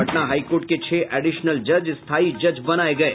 Patna high court के छह additional जज स्थायी जज बनाये गये